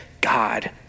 God